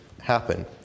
happen